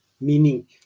meaning